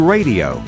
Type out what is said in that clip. Radio